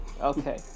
Okay